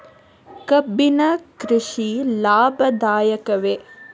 ಕಬ್ಬಿನ ಕೃಷಿ ಲಾಭದಾಯಕವೇ?